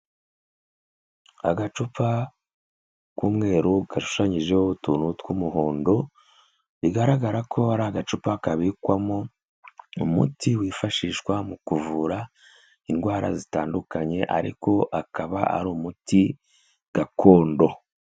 Agacupa k'umweru gashushanyijeho utuntu tw'umuhondo, bigaragara ko ari agacupa kabikwamo umuti wifashishwa mu kuvura indwara zitandukanye ariko akaba ari umuti gakondo.